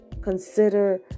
consider